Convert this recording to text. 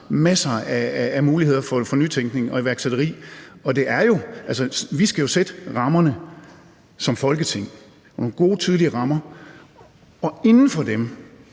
masser af muligheder for nytænkning og iværksætteri. Vi skal jo sætte rammerne som Folketing, nogle gode, tydelige rammer, og inden for dem